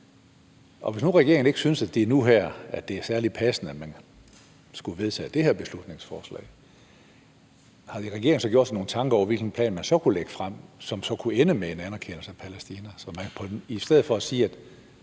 Hvis nu regeringen ikke synes, at det nu er særlig passende at vedtage det her beslutningsforslag, har regeringen så gjort sig nogen tanker om, hvilken plan man så kunne lægge frem, som så kunne ende med en anerkendelse af Palæstina – i stedet for at sige